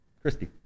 Christy